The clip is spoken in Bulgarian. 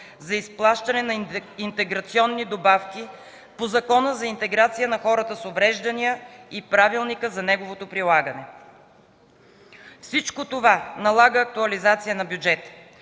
за изплащане на интеграционни добавки по Закона за интеграция на хората с увреждания и правилника за неговото прилагане. Всичко това налага актуализация на бюджета.